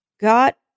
got